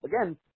again